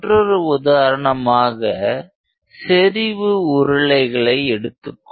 மற்றொரு உதாரணமாக செறிவு உருளைகளை எடுத்துக்கொள்வோம்